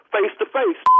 Face-to-face